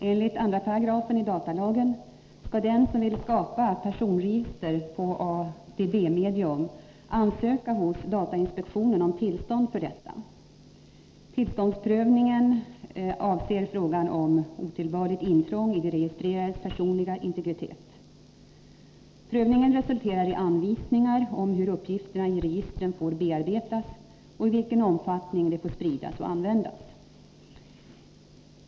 Enligt 2 § i datalagen skall den som vill skapa personregister på ADB-medium ansöka hos datainspektionen om tillstånd för detta. Tillståndsprövningen avser frågan om otillbörligt intrång i de registrerades personliga integritet. Prövningen resulterar i anvisningar om hur uppgifterna i registren får bearbetas och i vilken omfattning de får spridas och användas.